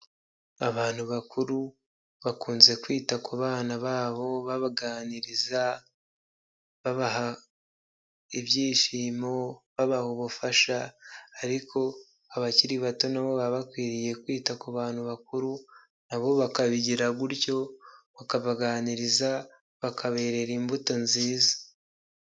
Abantu bakuru bakunze kwita ku bana babo babaganiriza babaha ibyishimo, babaha ubufasha ariko abakiri bato nabo baba bakwiriye kwita ku bantu bakuru na bo bakabigira gutyo bakabaganiriza bakaberera imbuto nziza.